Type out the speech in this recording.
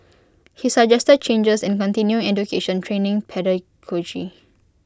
he suggested changes in continuing education training pedagogy